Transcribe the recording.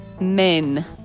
men